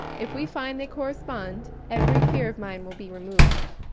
if we find they correspond, every fear of mine will be removed.